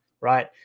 right